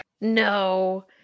No